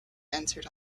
entered